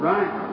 Right